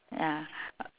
ah